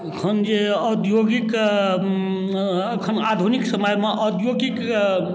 एखन जे औद्योगिक अँ एखन आधुनिक समयमे औद्योगिक